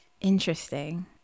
Interesting